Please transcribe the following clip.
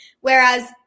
Whereas